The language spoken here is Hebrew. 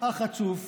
החצוף,